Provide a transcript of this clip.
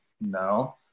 no